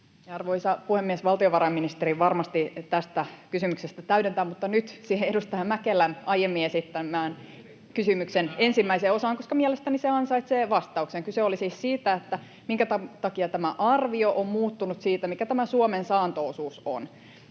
Arvoisa puhemies! Valtiovarainministeri varmasti tähän kysymykseen täydentää. Mutta nyt siihen edustaja Mäkelän aiemmin esittämän kysymyksen ensimmäiseen osaan, koska mielestäni se ansaitsee vastauksen. Kyse oli siis siitä, minkä takia tämä arvio on muuttunut siitä, mikä tämä Suomen saanto-osuus on.